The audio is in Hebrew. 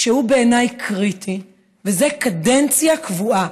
שהוא בעיניי קריטי, זה קדנציה קבועה.